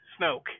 Snoke